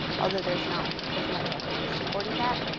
although there's not as much evidence supporting that.